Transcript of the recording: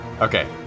Okay